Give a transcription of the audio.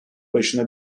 başına